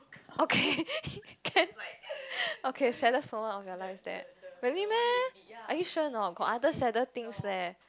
okay can okay saddest moment of your life is that really meh are you sure a not got other sadder things leh